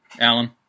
Alan